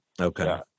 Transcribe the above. Okay